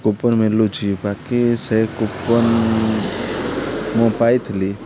coupon ମିଳୁଛି ବାକି ସେ କୁପନ୍ ମୁଁ ପାଇଥିଲି